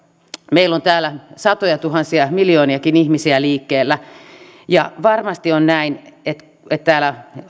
meillä on täällä satojatuhansia miljooniakin ihmisiä liikkeellä varmasti on näin täällä